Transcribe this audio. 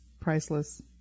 priceless